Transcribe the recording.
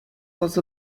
was